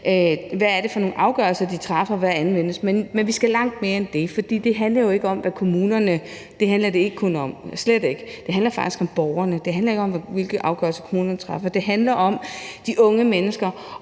hvad det så er for nogle afgørelser, kommunerne træffer. Men vi skal langt mere end det, for det handler jo ikke kun om kommunerne, slet ikke, det handler faktisk om borgerne, det handler ikke om, hvilke afgørelser kommunerne træffer, det handler om de unge mennesker.